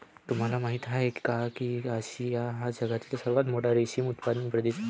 तुम्हाला माहिती आहे का की आशिया हा जगातील सर्वात मोठा रेशीम उत्पादक प्रदेश आहे